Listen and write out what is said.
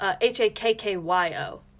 H-A-K-K-Y-O